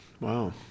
Wow